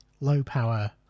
low-power